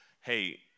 hey